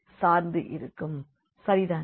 சரிதானே